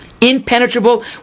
Impenetrable